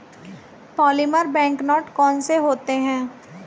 polymer bank note कौन से होते हैं